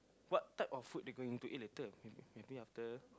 what type of food we going to eat later maybe maybe after